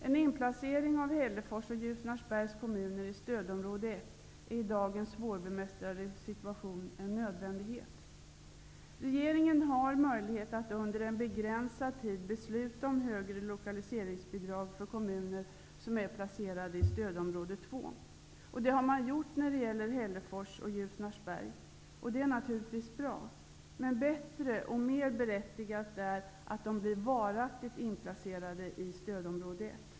En inplacering av Hällefors och Ljusnarsbergs kommuner i stödområde 1 är i dagens svårbemästrade situation en nödvändighet. Regeringen har möjlighet att under en begränsad tid besluta om högre lokaliseringsbidrag för kommuner som är placerade i stödområde 2. Det har man gjort när det gäller Hällefors och Ljusnarsberg. Det är naturligtvis bra. Men bättre och mer berättigat är att de blir varaktigt inplacerade i stödområde 1.